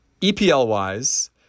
EPL-wise